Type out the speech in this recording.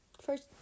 first